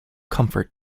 comfort